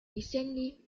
recently